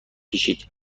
کشید